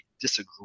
disagree